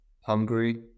hungry